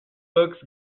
looks